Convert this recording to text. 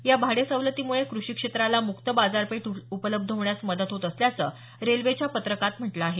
या भाडे सवलतीमूळे कृषी क्षेत्राला मुक्त बाजारपेठ उपलब्ध होण्यास मदत होत असल्याचं रेल्वेच्या पत्रकात म्हटलं आहे